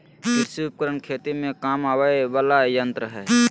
कृषि उपकरण खेती में काम आवय वला यंत्र हई